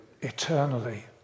eternally